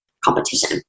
competition